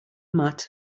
mat